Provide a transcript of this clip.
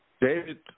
David